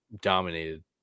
dominated